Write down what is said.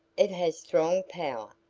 it has strong power.